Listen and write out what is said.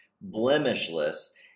blemishless